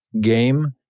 game